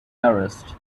arrest